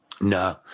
no